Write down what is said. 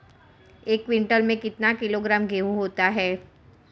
एक क्विंटल में कितना किलोग्राम गेहूँ होता है?